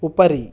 उपरि